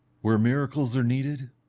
where miracles are needed,